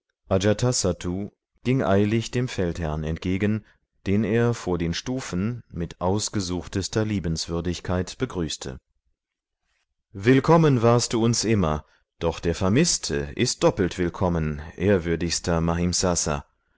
ging eilig dem feldherrn entgegen den er vor den stufen mit ausgesuchtester liebenswürdigkeit begrüßte willkommen warst du uns immer doch der vermißte ist doppelt willkommen ehrwürdigster